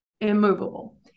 immovable